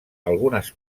algunes